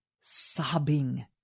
sobbing